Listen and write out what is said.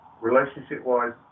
relationship-wise